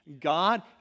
God